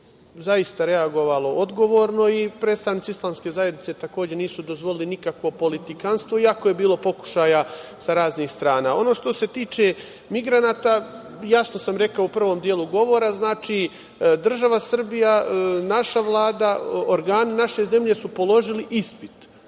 zaista reagovalo odgovorno i predstavnici islamske zajednice, takođe, nisu dozvolili nikakvo politikanstvo, iako je bilo pokušaja sa raznih strana. Ono što se tiče migranata, jasno sam rekao u prvom delu govora. Znači, država Srbija, naša Vlada, organi naše zemlje su položili ispit.